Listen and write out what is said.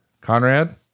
Conrad